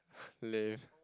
live